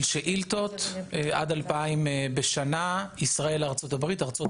שאילתות - עד 2,000 בשנה - מישראל לארצות הברית ומארצות